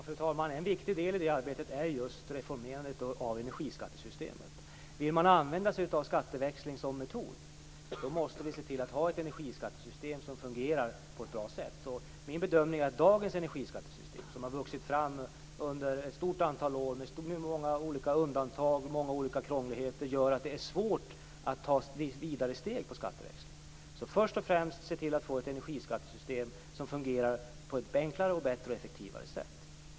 Fru talman! En viktig del i det arbetet är just reformerandet av energiskattesystemet. Vill vi använda oss av skatteväxling som metod måste vi se till att ha ett energiskattesystem som fungerar på ett bra sätt. Min bedömning är att dagens energiskattesystem, som har växt fram under ett stort antal år och som har många olika undantag och krångligheter, gör det svårt att ta vidare steg på skatteväxlingen. Först och främst måste vi se till att få ett energiskattesystem som fungerar på ett enklare, bättre och effektivare sätt.